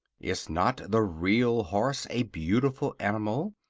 is not the real horse a beautiful animal?